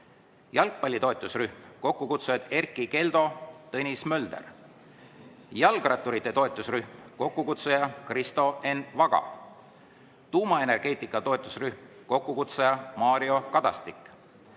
jalgpalli toetusrühm, kokkukutsujad Erkki Keldo, Tõnis Mölder; jalgratturite toetusrühm, kokkukutsuja Kristo Enn Vaga; tuumaenergeetika toetusrühm, kokkukutsuja Mario Kadastik;